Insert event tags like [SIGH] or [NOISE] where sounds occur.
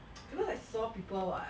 [NOISE] because I saw people what